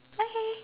okay